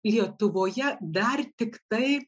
lietuvoje dar tiktai